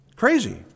Crazy